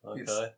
okay